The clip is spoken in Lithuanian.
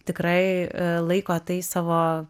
tikrai laiko tai savo